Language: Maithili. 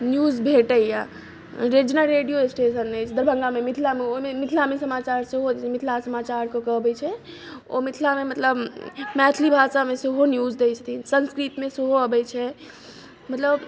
न्यूज़ भेटैया जेना रेडियो स्टेशन अछि दरभङ्गा मे मिथिला मे ओहिमे मिथला मे समाचार सेहो दै छै मिथिला समाचार कऽ कऽ अबै छै ओ मिथला मे मतलब मैथिलि भाषा मे सेहो न्यूज़ दै छथिन संस्कृत मे सेहो अबै छै मतलब